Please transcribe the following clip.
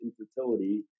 infertility